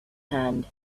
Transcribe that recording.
hand